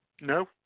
No